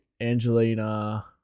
Angelina